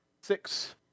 Six